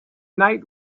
night